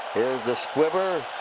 here's the squibber.